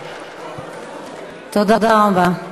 תודה רבה.